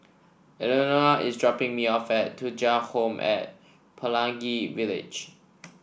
Eleanore is dropping me off at Thuja Home at Pelangi Village